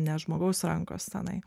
ne žmogaus rankos tenai